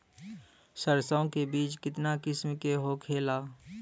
सरसो के बिज कितना किस्म के होखे ला?